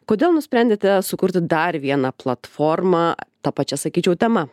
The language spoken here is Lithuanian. kodėl nusprendėte sukurti dar vieną platformą ta pačia sakyčiau tema